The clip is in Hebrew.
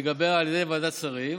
לגביה על ידי ועדת השרים,